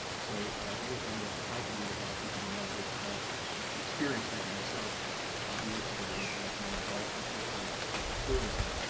so anything that i can do to help, let me know, because i've experienced that myself years ago when i had more involvement with ah with the tourism.